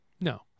No